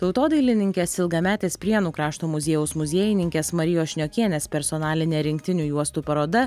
tautodailininkės ilgametės prienų krašto muziejaus muziejininkės marijos šniokienės personalinė rinktinių juostų paroda